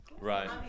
Right